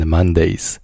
Mondays